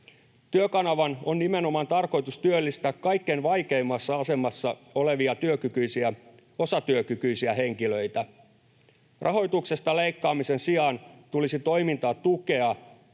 Työkanavan on nimenomaan tarkoitus työllistää kaikkein vaikeimmassa asemassa olevia osatyökykyisiä henkilöitä. Rahoituksesta leikkaamisen sijaan tulisi tukea